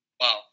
Wow